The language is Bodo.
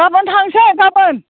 गाबोन थांसै गाबोन